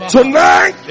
Tonight